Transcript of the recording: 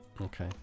Okay